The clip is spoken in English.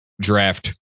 draft